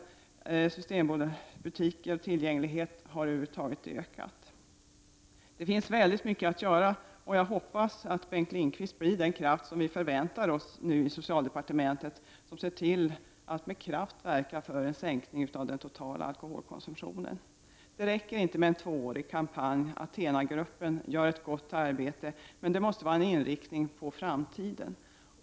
Antalet systembutiker och tillgängligheten över huvud taget har ökat. Det finns väldigt mycket att göra, och jag hoppas att Bengt Lindqvist blir den kraft som vi förväntar oss inom socialdepartementet och med kraft verkar för en sänkning av den totala alkoholkonsumtionen. Det räcker inte med en tvåårig kampanj. Athenagruppen gör ett gott arbete, men man måste inrikta sig på framtiden.